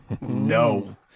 No